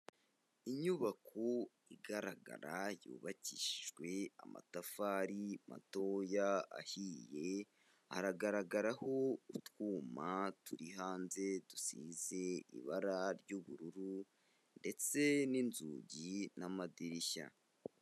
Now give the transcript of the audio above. Inyubako igaragara yubakishijwe amatafari matoya ahiye, aragaragaraho utwuma turi hanze dusize ibara ry'ubururu ndetse n'inzugi n'amadirishya.